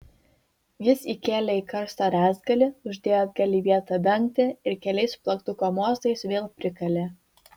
jis įkėlė į karstą rąstgalį uždėjo atgal į vietą dangtį ir keliais plaktuko mostais vėl prikalė